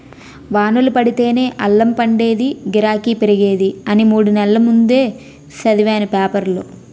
వానలు పడితేనే అల్లం పండేదీ, గిరాకీ పెరిగేది అని మూడు నెల్ల ముందే సదివేను పేపరులో